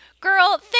Girl